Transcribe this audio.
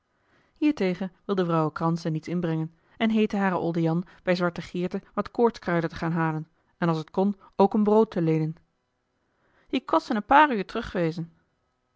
hiertegen wilde vrouw kranse niets inbrengen en heette haren oldejan bij zwarte geerte wat koortskruiden te gaan halen en als het kon ook een brood te leenen hie kos in een paar uur